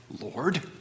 Lord